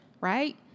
right